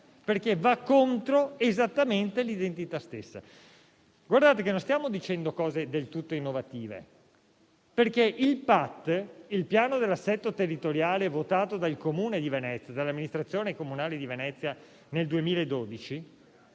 perché va contro la sua stessa identità. Non stiamo dicendo cose del tutto innovative, perché il PAT, il piano dell'assetto territoriale votato dal Comune di Venezia e dall'amministrazione comunale di Venezia nel 2012,